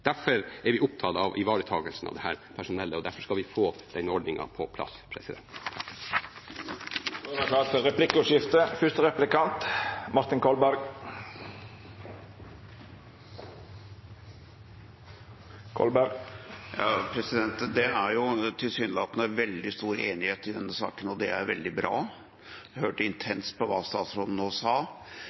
Derfor er vi opptatt av ivaretakelsen av dette personellet, og derfor skal vi få denne ordningen på plass. Det vert replikkordskifte. Det er tilsynelatende veldig stor enighet i denne saken, og det er veldig bra. Jeg hørte intenst på hva statsråden nå sa